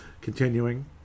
Continuing